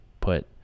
put